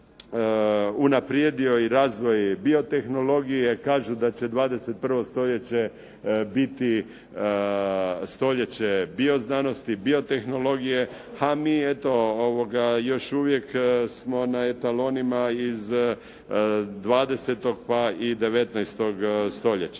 unaprijedio i razvoj biotehnologije. Kaže da će 21. stoljeće biti stoljeće bioznanosti, biotehnologije, a mi eto još uvijek smo na etalonima iz 20. pa i 19. stoljeća.